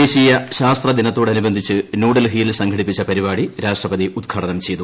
ദേശീയ ശാസ്ത്ര ദിനത്തോടനുബർണിച്ച് ന്യൂഡൽഹിയിൽ സംഘടിപ്പിച്ച പരിപാടി രാഷ്ട്രപതി ഉദ്ഘാടനം ് ചെയ്തു